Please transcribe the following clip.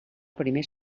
primer